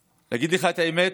אני אגיד לך את האמת,